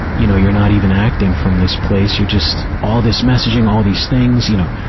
you know, you're not even acting from this place you're just, all this messaging, all these things, you know,